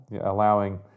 allowing